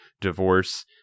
divorce